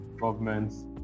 governments